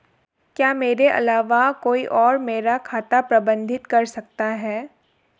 क्या मेरे अलावा कोई और मेरा खाता प्रबंधित कर सकता है?